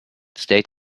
stay